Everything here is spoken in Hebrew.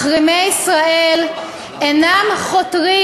מחרימי ישראל אינם חותרים,